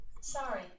Sorry